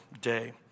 day